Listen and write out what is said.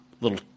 little